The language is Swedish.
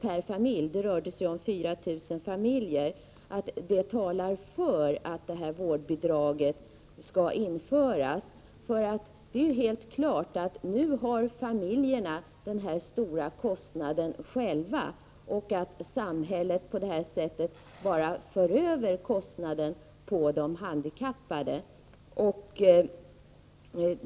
per familj — det rör sig om 4 000 familjer — talar för att ringens administravårdbidraget skall införas. Det är helt klart att familjerna nu bär dessa stora tion kostnader själva och att samhället på detta sätt bara för över kostnaden på de handikappade.